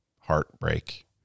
heartbreak